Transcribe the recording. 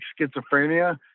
schizophrenia